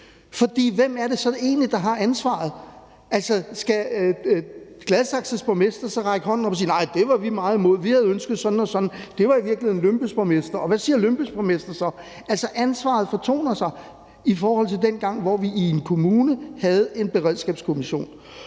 hvem er det så egentlig, der har ansvaret? Skal Gladsaxes borgmester så række hånden op og sige: Nej, det var vi meget imod; vi havde ønsket sådan og sådan; og det var i virkeligheden Lyngbys borgmester. Og hvad siger Lyngby borgmester så? Ansvaret fortoner sig i forhold til dengang, hvor vi i en kommune havde en beredskabskommission.